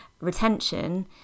retention